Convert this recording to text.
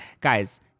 Guys